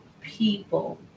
people